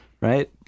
right